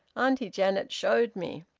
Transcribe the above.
auntie janet showed me.